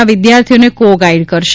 ના વિદ્યાર્થીઓને co guide કરશે